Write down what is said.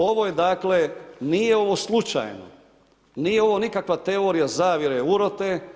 Ovo je dakle, nije ovo slučajno, nije ovo nikakva teorija zavjere, urote.